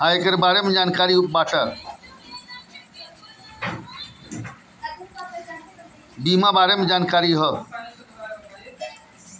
इ बीमा कंपनी के बहुते फायदा होत बाटे